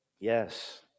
Yes